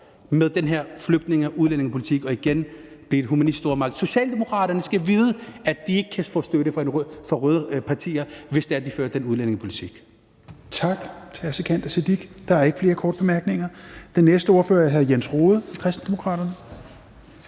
med den her flygtninge- og udlændingepolitik og igen blive en humanistisk stormagt. Socialdemokraterne skal vide, at de ikke kan få støtte fra røde partier, hvis det er, de fører den udlændingepolitik.